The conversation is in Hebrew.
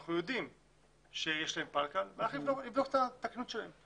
שאנחנו יודעים שיש להם פלקל כדי לבדוק את תקינות שלהם.